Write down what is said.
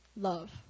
love